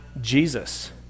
Jesus